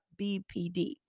BPD